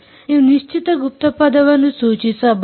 ನೀವು ನಿಶ್ಚಿತ ಗುಪ್ತಪದವನ್ನು ಸೂಚಿಸಬಹುದು